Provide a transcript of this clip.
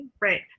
Right